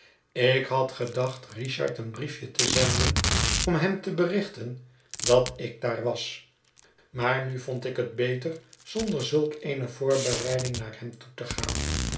ik had gedacht richard een briefje te zenden om hem te berichten dat ik daar was mm het verlaten huis maar nu vond ik het beter zonder zulk eene voorbereiding naar hem toe te gaan